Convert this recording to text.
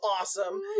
awesome